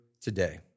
today